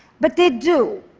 but they do.